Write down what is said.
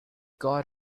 got